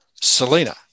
Selena